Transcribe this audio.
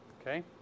okay